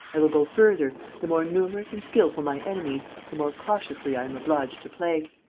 i will go further the more numerous and skilful my enemies, the more cautiously i am obliged to play.